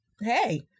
Hey